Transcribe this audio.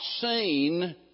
seen